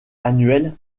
annuel